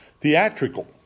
Theatrical